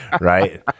right